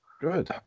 Good